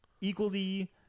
equally